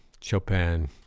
chopin